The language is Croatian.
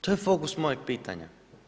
To je fokus mojeg pitanja.